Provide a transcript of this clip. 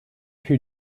who